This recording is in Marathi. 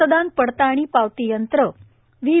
मतदान पडताळणी पावती यंत्र व्ही